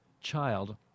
child